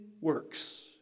works